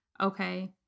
okay